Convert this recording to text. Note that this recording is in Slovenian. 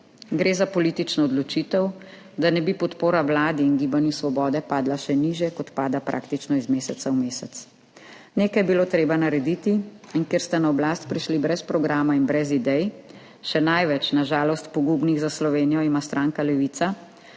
Gre za politično odločitev, da ne bi podpora Vladi in Gibanju Svoboda padla še nižje, kot pada praktično iz meseca v mesec. Nekaj je bilo treba narediti in ker ste na oblast prišli brez programa in brez idej, še največ, na žalost, pogubnih za Slovenijo ima stranka Levica,